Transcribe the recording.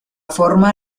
forma